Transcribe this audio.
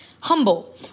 humble